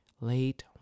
late